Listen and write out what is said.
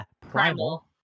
primal